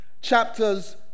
chapters